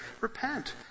repent